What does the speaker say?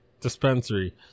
Dispensary